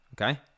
Okay